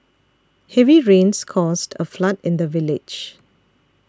heavy rains caused a flood in the village